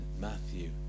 Matthew